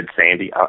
Sandy